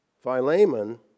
Philemon